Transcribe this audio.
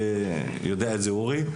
ויודע את זה אורי,